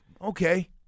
Okay